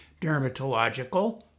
dermatological